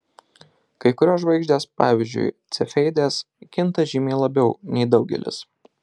kai kurios žvaigždės pavyzdžiui cefeidės kinta žymiai labiau nei daugelis